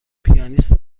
پیانیست